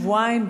שבועיים,